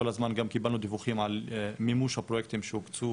כל הזמן גם קיבלנו דיווחים על מימוש הפרויקטים שהוקצו